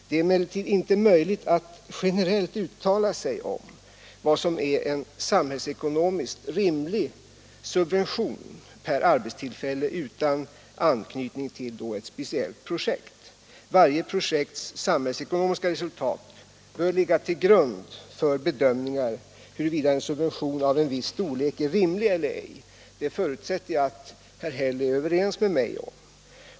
Det är emellertid inte möjligt att generellt uttala sig om vad som är en samhällsekonomiskt rimlig subvention per arbetstillfälle utan anknytning till ett speciellt projekt. Varje projekts samhällsekonomiska resultat bör ligga till grund för bedömningar huruvida en subvention av en viss storlek är rimlig eller ej. Jag förutsätter att herr Häll är överens med mig om det.